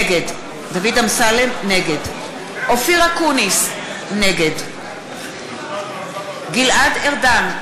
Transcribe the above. נגד אופיר אקוניס, נגד גלעד ארדן,